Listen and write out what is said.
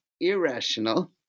irrational